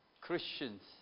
Christians